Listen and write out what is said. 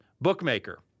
Bookmaker